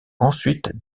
ensuite